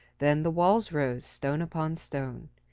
then the walls rose, stone upon stone.